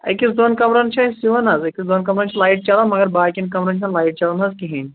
أکِس دۄن کَمرَن چھِ اَسہِ یِوان حظ أکِس دۄن کَمرَن چھِ لایِٹ چلان مگر باقِیَن کَمرَن چھِنہٕ لایِٹ چلان حظ کِہیٖنۍ